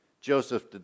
Joseph